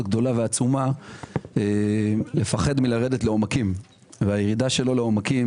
עצומה לפחוד מירידה לעומקים והירידה שלו לעומקים,